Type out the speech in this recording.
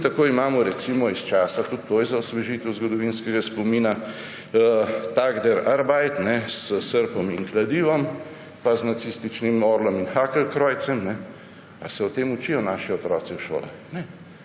Tako imamo recimo iz časa – tudi to je za osvežitev zgodovinskega spomina – Tag der Arbeit s srpom in kladivom pa z nacističnim orlom in hakenkreuzem. Ali se o tem učijo naši otroci v šolah? Ne.